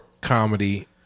comedy